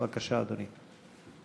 בבקשה, אדוני.